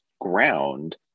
ground